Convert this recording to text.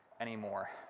anymore